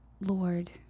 lord